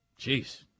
Jeez